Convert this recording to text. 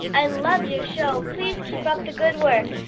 i love your show please keep up the good work.